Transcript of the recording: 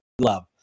love